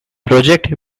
project